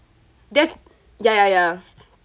that's ya ya ya